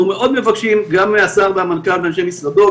מאוד מבקשים גם מהשר והמנכ"ל ומאנשי משרדו,